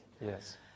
Yes